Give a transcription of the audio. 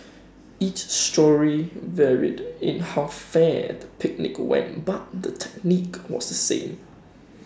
each story varied in how fear the picnic went but the technique was the same